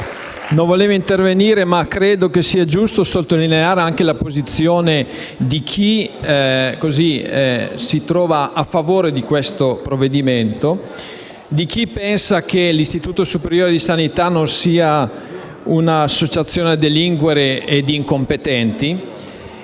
non volevo intervenire ma credo sia giusto sottolineare anche la posizione di chi è a favore del provvedimento in esame, di chi pensa che l'Istituto superiore di sanità non sia un'associazione a delinquere di incompetenti.